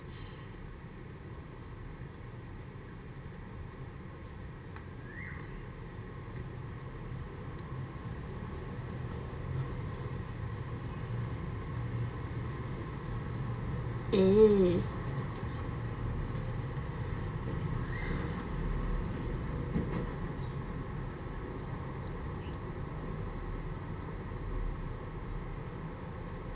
mm